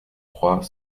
trois